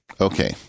Okay